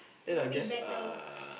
would be better